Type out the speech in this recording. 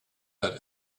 that